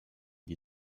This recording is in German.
die